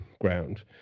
ground